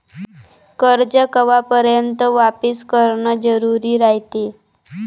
कर्ज कवापर्यंत वापिस करन जरुरी रायते?